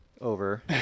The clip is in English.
over